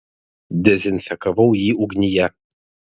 dezinfekavau jį ugnyje